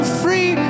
free